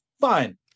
fine